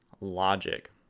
logic